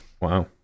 wow